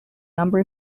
number